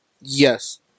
Yes